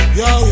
yo